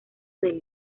del